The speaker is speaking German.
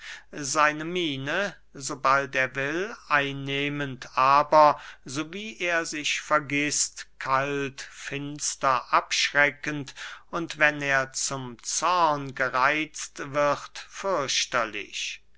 seine miene so bald er will einnehmend aber so wie er sich vergißt kalt finster abschreckend und wenn er zum zorn gereitzt wird fürchterlich